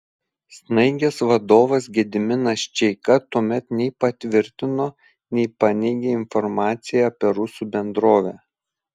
snaigės vadovas gediminas čeika tuomet nei patvirtino nei paneigė informaciją apie rusų bendrovę